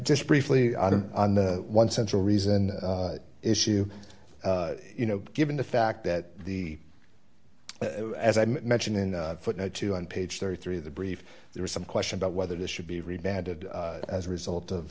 just briefly on the one central reason issue you know given the fact that the as i mentioned in footnote two on page thirty three of the brief there was some question about whether this should be read bad as a result of